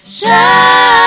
shine